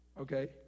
Okay